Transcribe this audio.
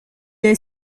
est